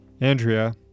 Andrea